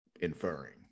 inferring